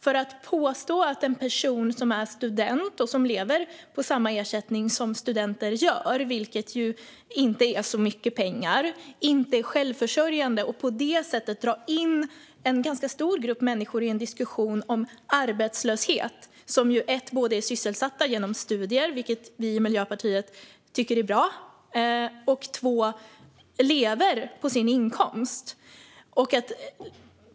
Man påstår att en person som är student och som lever på samma ersättning som studenter gör, vilket inte är mycket pengar, inte är självförsörjande, och på det sättet drar man in en ganska stor grupp människor i en diskussion om arbetslöshet - en grupp som både är sysselsatt genom studier, vilket vi i Miljöpartiet tycker är bra, och lever på sin inkomst.